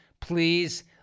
please